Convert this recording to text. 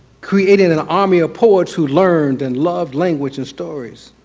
creating an army of poets who learned and loved language and stories,